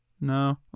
no